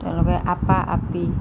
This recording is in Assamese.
তেওঁলোকে আপা আপী